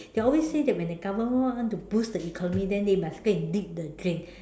they always say that when the government want to push the economy they must go and dig the drain